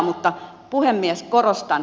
mutta puhemies korostan